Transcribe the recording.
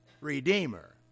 redeemer